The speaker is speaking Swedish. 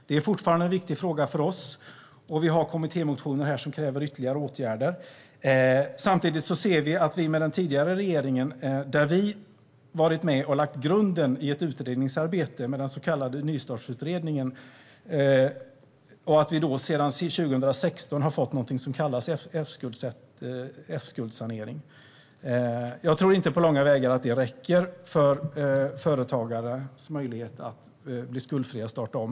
Det är fortfarande en viktig fråga för oss, och vi har kommittémotioner där det krävs ytterligare åtgärder. Vi har med den tidigare regeringen varit med och lagt grunden i ett utredningsarbete med den så kallade nystartsutredningen, och sedan 2016 har vi något som kallas F-skuldsanering. Jag tror inte att det på långa vägar räcker för företagares möjligheter att bli skuldfria och starta om.